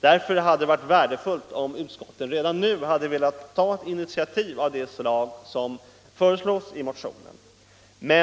Därför hade det varit värdefullt om utskottet redan nu hade velat ta ett initiativ av det slag som föreslogs i motionen.